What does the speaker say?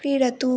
क्रीडतु